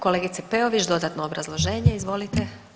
Kolegice Peović dodatno obrazloženje izvolite.